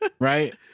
right